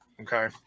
Okay